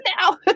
now